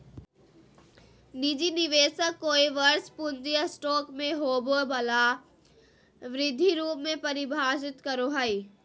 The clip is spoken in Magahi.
निजी निवेशक कोय वर्ष पूँजी स्टॉक में होबो वला वृद्धि रूप में परिभाषित करो हइ